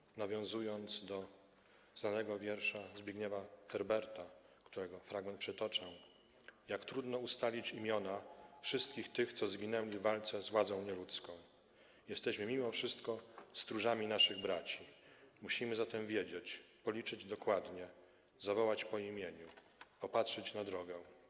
Pragnę nawiązać tu do znanego wiersza Zbigniewa Herberta, którego fragment przytoczę: „Jak trudno ustalić imiona/ wszystkich tych co zginęli/ w walce z władzą nieludzką/ (...) jesteśmy mimo wszystko stróżami naszych braci/ musimy zatem wiedzieć/ policzyć dokładnie/ zawołać po imieniu/ opatrzyć na drogę”